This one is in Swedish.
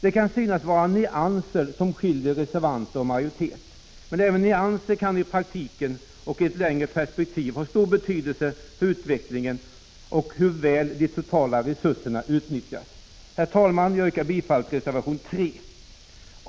Det kan synas vara nyanser som skiljer reservanter och majoritet, men även nyanser kan i praktiken och i ett längre perspektiv ha stor betydelse för utvecklingen och hur väl de totala resurserna utnyttjas. Herr talman! Jag yrkar bifall till reservation 3.